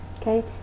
okay